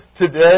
today